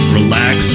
relax